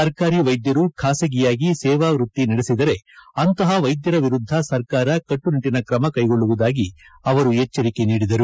ಸರ್ಕಾರಿ ವೈದ್ಯರು ಖಾಸಗಿಯಾಗಿ ಸೇವಾ ವೃತ್ತಿ ನಡೆಸಿದರೆ ಅಂತಹ ವೈದ್ಯರ ವಿರುದ್ದ ಸರ್ಕಾರ ಕಟ್ಟುನಿಟ್ಟಿನ ಕ್ರಮ ಕೈಗೊಳ್ಳುವುದಾಗಿ ಅವರು ಎಚ್ಚರಿಕೆ ನೀಡಿದ್ದಾರೆ